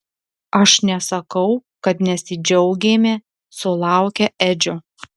aš nesakau kad nesidžiaugėme sulaukę edžio